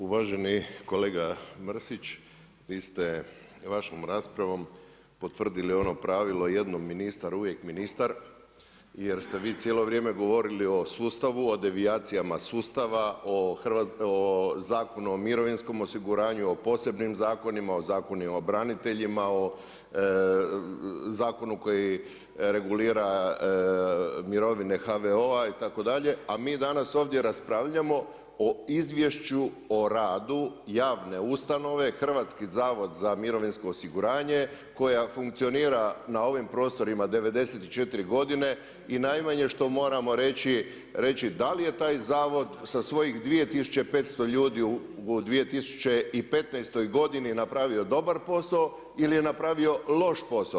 Uvaženi kolega Mrsić, vi ste vašom raspravom potvrdili ono pravilo „Jednom ministar, uvijek ministar“, jer ste vi cijelo vrijeme govorili o sustavu, o devijacijama sustava, o zakonom o mirovinskom osiguranju, o posebnim zakonima, o Zakonima o braniteljima, o zakonu koji regulira mirovine HVO-a itd., a mi danas ovdje raspravljamo o izvješću o radu javne ustanove Hrvatski za mirovinsko osiguranje, koja funkcionira na ovim prostorima 94 godine i najmanje što moramo reći, da li je taj zavod sa svojih 2500 ljudi u 2015. godini napravio dobar posao ili je napravio loš posao.